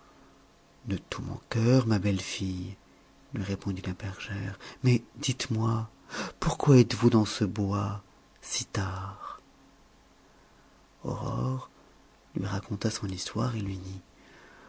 de tout mon cœur ma belle fille lui répondit la bergère mais dites-moi pourquoi êtes-vous dans ce bois si tard aurore lui raconta son histoire et lui dit